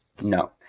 no